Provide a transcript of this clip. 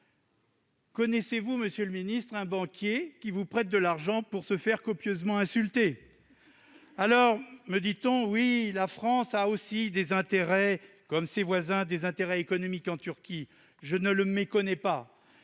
Connaissez-vous, monsieur le ministre, un banquier qui prête de l'argent pour se faire copieusement insulter ? La France, nous dit-on, a, comme ses voisins, des intérêts économiques en Turquie. Je ne les méconnais pas,